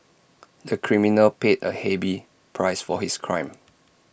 the criminal paid A heavy price for his crime